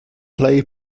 play